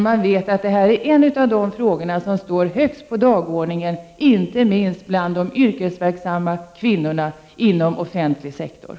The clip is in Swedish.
Man vet ju att detta är en av de frågor som står högst på dagordningen, inte minst bland de yrkesverksamma kvinnorna inom den offentliga sektorn.